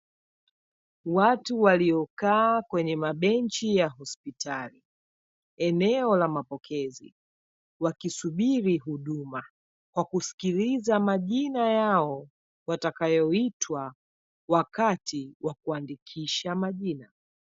Watu waliokaa kwenye mabenchi ya hospital eneo la mapokezi, wakisubiri huduma kwa kusikiliza majina yao, watakayoitwa wakati wa kuandikisha majina.